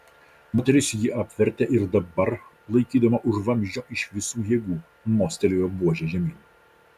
moteris jį apvertė ir dabar laikydama už vamzdžio iš visų jėgų mostelėjo buože žemyn